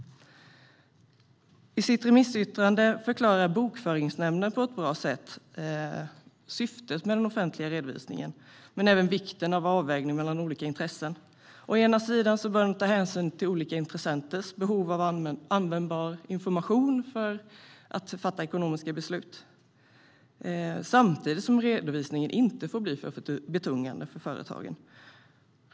I sitt remissyttrande förklarar Bokföringsnämnden på ett bra sätt syftet med den offentliga redovisningen och även vikten av avvägningar mellan olika intressen. Å ena sidan bör den ta hänsyn till olika intressenters behov av användbar information för att fatta ekonomiskt riktiga beslut samtidigt som redovisningen inte får bli för betungande för företagen.